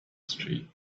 street